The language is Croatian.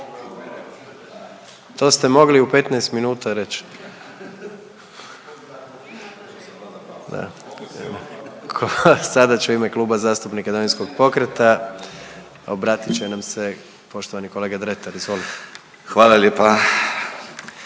to ste mogli u 15 minuta reć. Sada će u ime Kluba zastupnika Domovinskog pokreta, obratit će nam se poštovani kolega Dretar, izvolite.